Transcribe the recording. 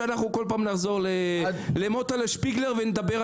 שאנחנו מדברים עליו בנוגע לחקלאות חדשה הוא חקלאות וורטיקאלית,